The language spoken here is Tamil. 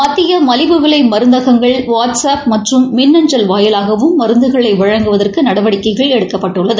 மத்திய மலிவு விலை மருந்தகங்கள் வாட்ஸ் அப் மற்றும் மின் அஞ்சல் வாயிலாகவும் மருந்துகளை வழங்குவதற்கு நடவடிக்கை எடுத்துள்ளது